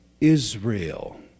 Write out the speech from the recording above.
Israel